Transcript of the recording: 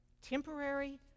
Temporary